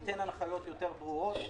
ניתן הנחיות יותר ברורות.